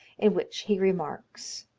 in which he remarks